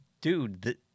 dude